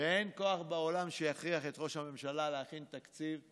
ואין כוח בעולם שיכריח את ראש הממשלה להכין תקציב.